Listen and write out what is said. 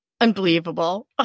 Unbelievable